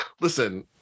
listen